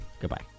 Goodbye